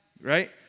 Right